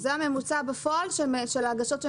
נכון, זה הממוצע בפועל של ההגשות.